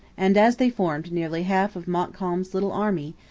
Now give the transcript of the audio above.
and, as they formed nearly half of montcalm's little army,